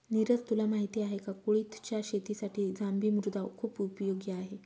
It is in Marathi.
निरज तुला माहिती आहे का? कुळिथच्या शेतीसाठी जांभी मृदा खुप उपयोगी आहे